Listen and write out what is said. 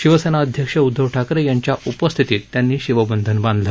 शिवसेना अध्यक्ष उद्वव ठाकरे यांच्या उपस्थितीत त्यांनी शिवबंधन बांधलं